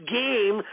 game